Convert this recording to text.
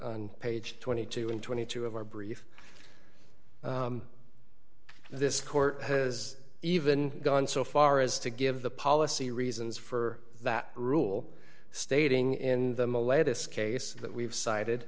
on page twenty two and twenty two of our brief this court has even gone so far as to give the policy reasons for that rule stating in the malaya this case that we've cited